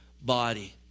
body